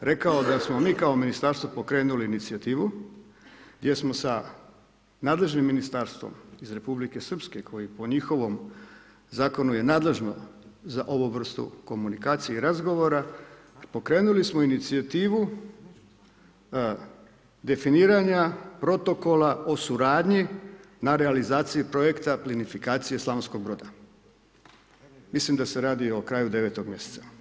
rekao da smo mi kao ministarstvo pokrenuli inicijativu gdje smo sa nadležnim ministarstvom iz Republike Srpske koji po njihovom zakonu je nadležno za ovu vrstu komunikacije i razgovora, pokrenuli smo inicijativu definiranja protokola o suradnji na realizaciji projekta plinifikacije Slavonskog Broda, mislim da se radi o kraju 9. mjeseca.